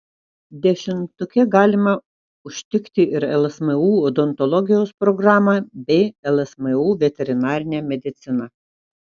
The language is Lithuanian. dešimtuke galima užtikti ir lsmu odontologijos programą bei lsmu veterinarinę mediciną